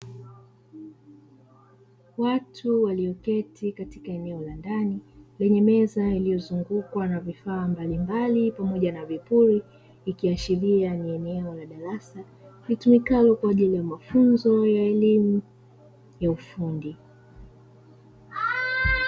Watu walioketi katika eneo la ndani, lenye meza iliyozungukwa na vifaa mbalimbali pamoja na vipuri, ikiashiria ni eneo la darasa litumikalo kwa ajili ya mafunzo ya elimu ya ufundi.